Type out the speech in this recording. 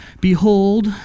Behold